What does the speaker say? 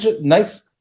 nice